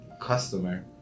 customer